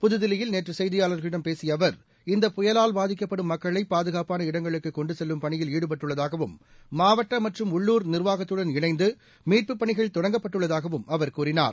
புதுதில்லியில் நேற்று செய்தியாளர்களிடம் பேசிய அவர் இந்த புயலால் பாதிக்கப்படும் மக்களை பாதுகாப்பான இடங்களுக்கு கொன்டு செல்லும் பணியில் ஈடுபட்டுள்ளதாகவும் மாவட்ட மற்றும் உள்ளூர் நிர்வாகத்துடன் இணைந்து மீட்புப் பணிகள் தொடங்கப்பட்டுள்ளதாகவும் அவர் கூறினார்